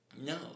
no